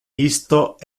isto